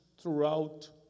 throughout